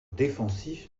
défensif